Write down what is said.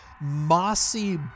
mossy